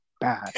bad